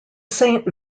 saint